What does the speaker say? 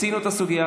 מיצינו את הסוגיה.